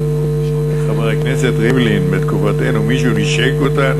חבר הכנסת ריבלין, בתקופתנו מישהו נישק אותנו?